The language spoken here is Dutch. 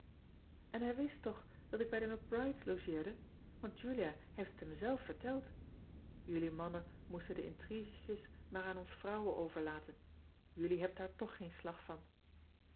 n hij wist toch dat ik bij de c rides logeerde want ulia heeft het hem zelf verteld ullie mannen moesten de intrigetjes maar aan ons vrouwen overlaten jullie hebt daar toch geen slag van